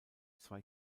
zwei